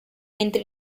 mentre